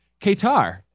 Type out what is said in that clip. Qatar